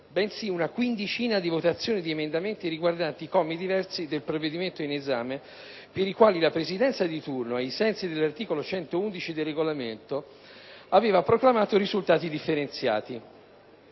bensì una quindicina di votazioni di emendamenti riguardanti commi diversi del provvedimento in esame, per i quali la Presidenza di turno, ai sensi dell'articolo 111 del Regolamento, aveva proclamato risultati differenziati,